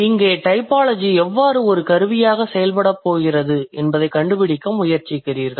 இங்கே டைபாலஜி எவ்வாறு ஒரு கருவியாக செயல்படப் போகிறது என்பதைக் கண்டுபிடிக்க முயற்சிக்கிறீர்கள்